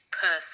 person